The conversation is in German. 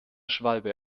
schwalbe